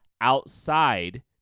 outside